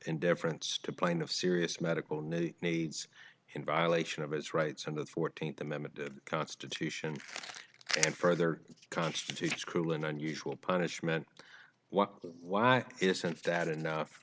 indifference to point of serious medical needs in violation of his rights under the fourteenth amendment to the constitution and further constitutes cruel and unusual punishment what why isn't that enough